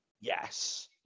Yes